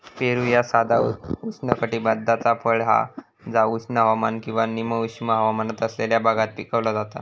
पेरू ह्या साधा उष्णकटिबद्धाचा फळ हा जा उष्ण हवामान किंवा निम उष्ण हवामान असलेल्या भागात पिकवला जाता